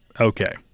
okay